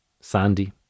Sandy